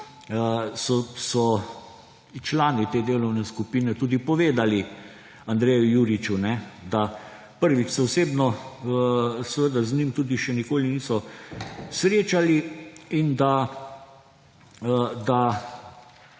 so člani te delovne skupine tudi povedali Andreju Juriču, da, prvič, se osebno seveda z njim tudi še nikoli niso srečali in da